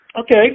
Okay